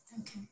okay